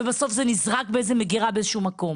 ובסוף זה נזרק באיזו מגירה באיזשהו מקום.